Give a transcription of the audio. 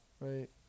right